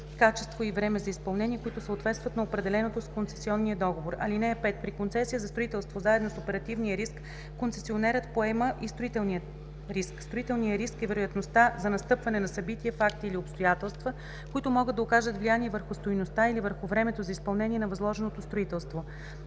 качество и време за изпълнение, които съответстват на определеното с концесионния договор. (5) При концесия за строителство заедно с оперативния риск концесионерът поема и строителния риск. Строителният риск е вероятността за настъпване на събития, факти или обстоятелства, които могат да окажат влияние върху стойността или върху времето за изпълнение на възложеното строителство.